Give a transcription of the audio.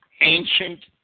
ancient